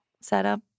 setup